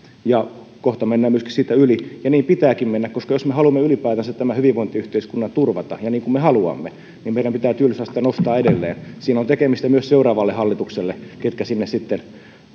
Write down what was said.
ja kohta mennään myöskin siitä yli ja niin pitääkin mennä koska jos me haluamme ylipäätänsä tämän hyvinvointiyhteiskunnan turvata niin kuin me haluamme niin meidän pitää työllisyysastetta nostaa edelleen siinä on tekemistä myös seuraavalle hallitukselle ketkä sinne sitten